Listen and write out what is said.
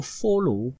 follow